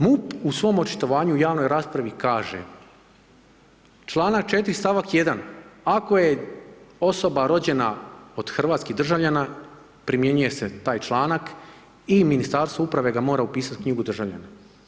MUP u svom očitovanju u javnoj raspravi kaže, članak 4. stavak 1. ako je osoba rođena od hrvatskih državljana primjenjuje se taj članak i Ministarstvo uprave ga mora upisati u knjigu državljana.